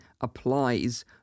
applies